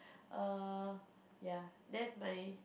err ya then my